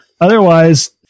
otherwise